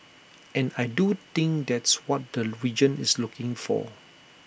and I do think that's what the region is looking for